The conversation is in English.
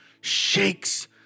shakes